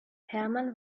hermann